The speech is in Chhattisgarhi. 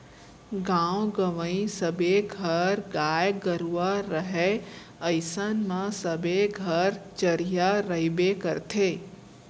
गॉंव गँवई सबे घर गाय गरूवा रहय अइसन म सबे घर चरिहा रइबे करथे